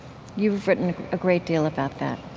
you've written a great deal about that,